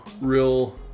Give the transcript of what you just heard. real